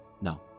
No